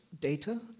data